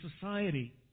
society